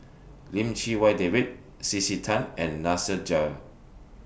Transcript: Lim Chee Wai David C C Tan and Nasir Jail